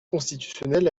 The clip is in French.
constitutionnel